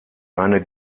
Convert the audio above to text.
eine